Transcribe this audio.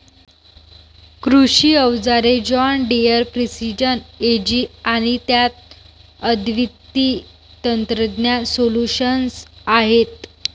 कृषी अवजारे John Deere precision AG आणि त्यात अद्वितीय तंत्रज्ञान सोल्यूशन्स आहेत